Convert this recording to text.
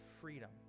freedom